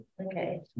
Okay